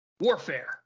warfare